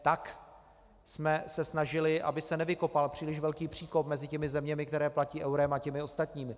Tak jsme se snažili, aby se nevykopal příliš velký příkop mezi těmi zeměmi, které platí eurem, a těmi ostatními.